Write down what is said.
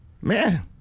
man